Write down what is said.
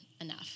enough